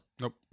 Nope